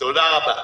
תודה רבה.